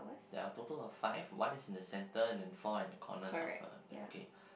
there are a total of five one is in the centre and four in the corners of her uh okay